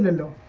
and